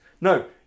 No